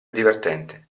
divertente